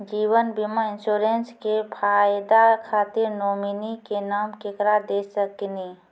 जीवन बीमा इंश्योरेंसबा के फायदा खातिर नोमिनी के नाम केकरा दे सकिनी?